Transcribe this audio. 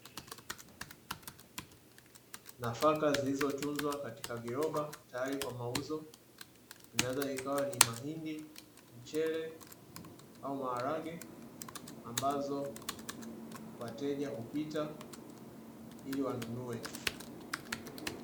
Nafaka zilizotunzwa katika viroba, tayari kwa mauzo, zinaweza zikawa ni mahindi, mchele au maharage, ambazo wateja hupita ili wanunue.